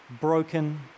broken